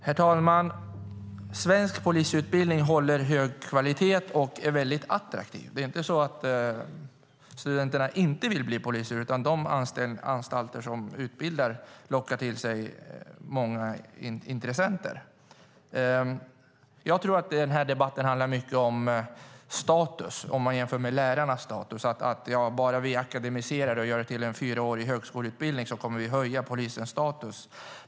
Herr talman! Svensk polisutbildning håller hög kvalitet och är attraktiv. Det är inte så att studenterna inte vill bli poliser, utan de anstalter som utbildar lockar till sig många intressenter. Jag tror att debatten handlar mycket om status. Man kan jämföra med lärarnas status. Man säger så här: Bara vi akademiserar utbildningen och gör den till en fyraårig högskoleutbildning kommer vi att höja polisens status!